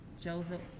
Joseph